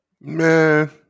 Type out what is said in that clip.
Man